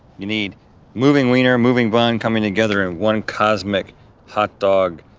you need moving wiener, moving bun, coming together in one cosmic hot dog